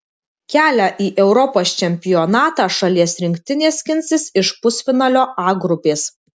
kelią į europos čempionatą šalies rinktinė skinsis iš pusfinalio a grupės